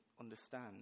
understand